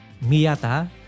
Miyata